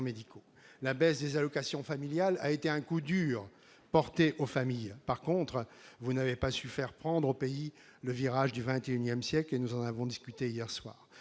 La baisse des allocations familiales a été un coup dur porté aux familles. Dans le même temps, vous n'avez pas su faire prendre au pays le virage du XXI siècle : nous en avons débattu ici